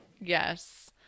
Yes